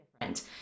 different